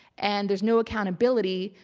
and there's no accountability.